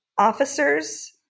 officers